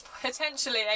potentially